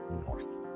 North